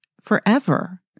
forever